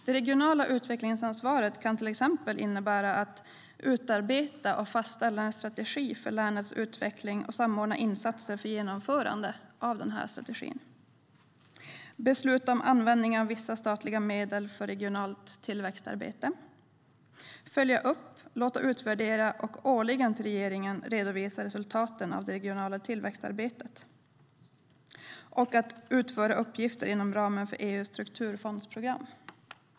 Det regionala utvecklingsansvaret kan till exempel innebära att utarbeta och fastställa en strategi för länets utveckling och samordna insatser för genomförande av strategin, fatta beslut om användning av vissa statliga medel för regionalt tillväxtarbete, följa upp, låta utvärdera och årligen till regeringen redovisa resultaten av det regionala tillväxtarbetet samt utföra uppgifter inom ramen för EU:s strukturfondsprogram.